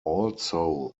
also